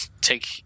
take